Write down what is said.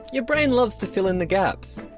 your brain loves to fill in the gaps.